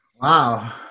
Wow